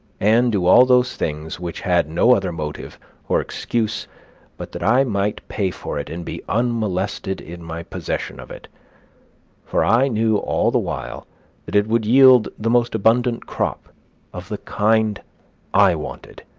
and do all those things which had no other motive or excuse but that i might pay for it and be unmolested in my possession of it for i knew all the while that it would yield the most abundant crop of the kind i wanted,